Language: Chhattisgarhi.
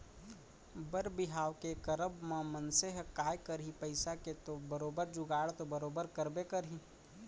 बर बिहाव के करब म मनसे ह काय करही पइसा के तो बरोबर जुगाड़ तो बरोबर करबे करही